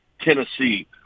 Tennessee